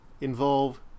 involve